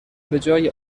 بجای